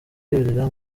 yurira